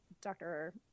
Dr